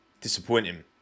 disappointing